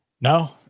No